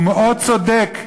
הוא מאוד צודק,